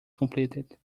completed